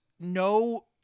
no